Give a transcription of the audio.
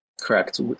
Correct